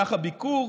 במהלך הביקור